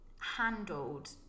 handled